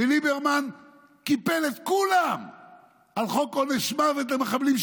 וליברמן קיפל את כולם על חוק עונש מוות למחבלים,